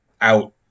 out